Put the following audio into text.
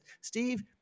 Steve